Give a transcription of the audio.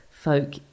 folk